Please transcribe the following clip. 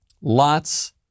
Lots